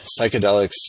psychedelics